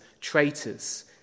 traitors